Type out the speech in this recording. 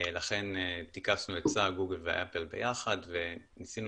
ולכן טיכסנו עצה גוגל ואפל ביחד וניסינו